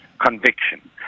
conviction